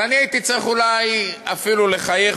ואני הייתי צריך אולי אפילו לחייך,